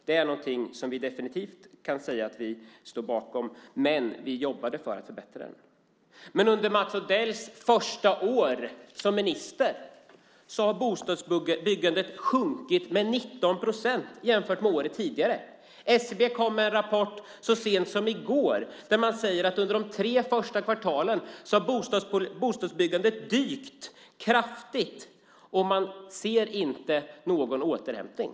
Det är något som vi definitivt kan säga att vi står bakom, men vi jobbade för att förbättra situationen. Under Mats Odells första år som minister har bostadsbyggandet minskat med 19 procent jämfört med året innan. SCB kom så sent som i går med en rapport där det sägs att bostadsbyggandet under de tre första kvartalen dykt kraftigt och man ser inte tecken på någon återhämtning.